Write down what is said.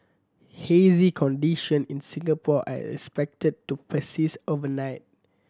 hazy condition in Singapore are expected to persist overnight